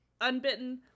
Unbitten